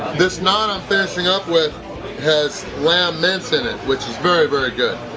this naan i'm finishing up with has lamb mince in it which is very very good!